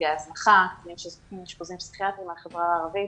נפגעי הזנחה, מאושפזים פסיכיאטרים מהחברה הערבית,